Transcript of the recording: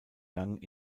gang